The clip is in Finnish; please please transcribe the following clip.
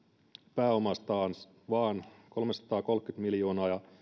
pääomastaan vain kolmesataakolmekymmentä miljoonaa ja